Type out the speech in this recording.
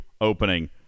opening